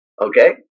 okay